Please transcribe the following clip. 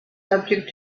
subject